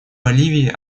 боливии